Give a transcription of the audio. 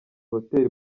hotel